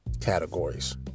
categories